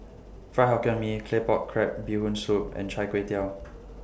Fried Hokkien Mee Claypot Crab Bee Hoon Soup and Chai Kway Tow